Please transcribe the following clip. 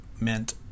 meant